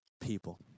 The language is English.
people